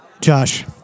josh